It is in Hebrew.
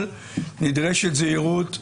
אבל נדרשת זהירות.